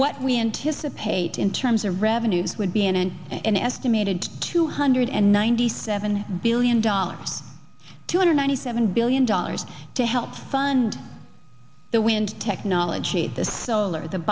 what we anticipate in terms of revenues would be and an estimated two hundred and ninety seven billion dollars two hundred ninety seven billion dollars to help fund the wind technology the